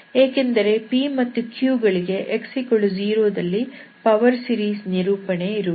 ಏಕೆಂದರೆ p ಮತ್ತು q ಗಳಿಗೆ x0 ದಲ್ಲಿ ಪವರ್ ಸೀರೀಸ್ ನಿರೂಪಣೆ ಇರುವುದಿಲ್ಲ